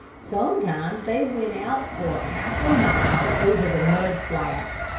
sometimes they went out for half a mile over the mud flats,